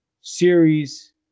series